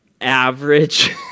average